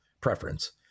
preference